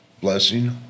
blessing